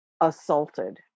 assaulted